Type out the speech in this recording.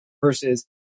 Versus